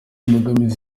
imbogamizi